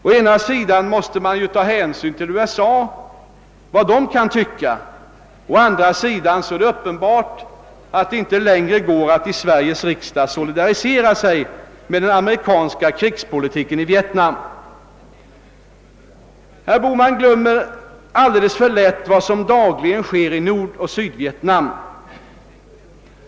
Å ena sidan skall man ta hänsyn till vad USA tycker, och å andra sidan är det uppenbart att det i Sveriges riksdag inte längre går att solidarisera sig med den amerikanska krigspolitiken i Vietnam. Herr Bohman glömmer alldeles för lätt vad som dagligen sker i Nordoch Sydvietnam.